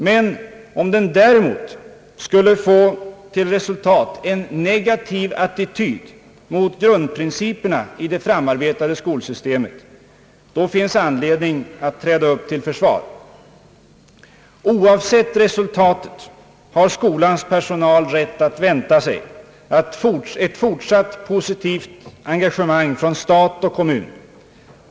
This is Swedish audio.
Men om den däremot skulle få till resultat en negativ attityd mot grundprinciperna i det framarbetade skolsystemet, då finns det anled ning att träda upp till försvar. Oavsett resultatet har skolans personal rätt att vänta sig ett fortsatt positivt engagemang från stat och kommun.